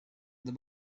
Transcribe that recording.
the